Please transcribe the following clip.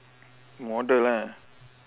model lah